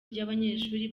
ry’abanyeshuri